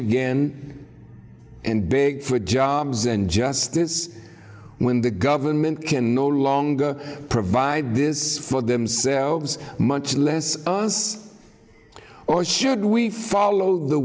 again and beg for jobs and justice when the government can no longer provide this for themselves much less us or should we follow the